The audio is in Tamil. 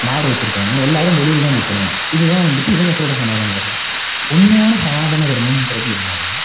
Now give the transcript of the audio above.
மாடு வச்சுருக்கவுங்க எல்லாேரும் வெளியில் தான் நிற்கணும் இது தான் வந்துட்டு இவங்க சொல்கிற சனாதன தர்மம் உண்மையான சனாதன தர்மம்கிறது என்னென்னா